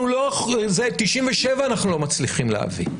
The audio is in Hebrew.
97 אנחנו לא מצליחים להביא.